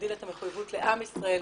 להגדיל את המחויבות לעם ישראל,